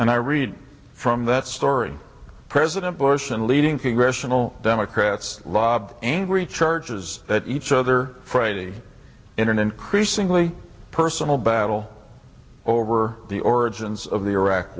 and i read from that story president bush and leading congressional democrats lob angry charges that each other friday in an increasingly personal battle over the origins of the iraq